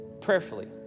Prayerfully